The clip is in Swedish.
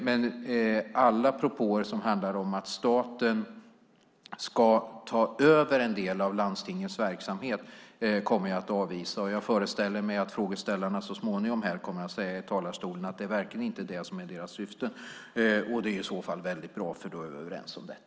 Men alla propåer som handlar om att staten ska ta över en del av landstingens verksamhet kommer jag att avvisa. Jag föreställer mig att frågeställarna så småningom kommer att säga i talarstolen att det verkligen inte är det som är deras syfte. Det är i så fall bra, för då är vi överens om detta.